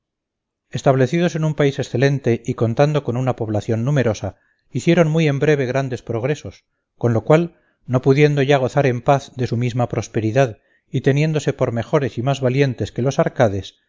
establecidos en un país excelente y contando con una población numerosa hicieron muy en breve grandes progresos con lo cual no pudiendo ya gozar en paz de su misma prosperidad y teniéndose por mejores y más valientes que los arcades